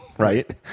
Right